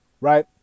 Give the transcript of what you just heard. Right